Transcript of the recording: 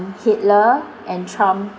hitler and trump